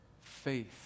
faith